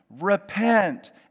Repent